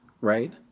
right